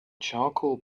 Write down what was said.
charcoal